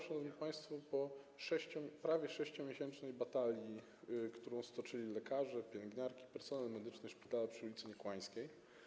Szanowni państwo, ono zmarło po prawie 6-miesięcznej batalii, którą stoczyli lekarze, pielęgniarki, personel medyczny szpitala przy ul. Niekłańskiej.